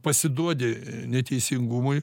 pasiduodi neteisingumui